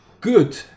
good